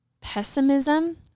pessimism